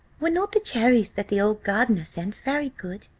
were not the cherries that the old gardener sent very good?